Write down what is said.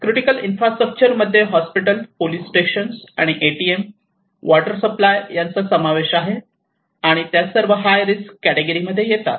critical infrastructure मध्ये hospital police station आणि ATM water supply यांचा समावेश आहे आणि त्या सर्व हाय रिस्क कॅटेगरीमध्ये येतात